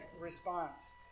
response